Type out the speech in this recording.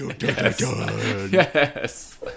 Yes